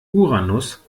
uranus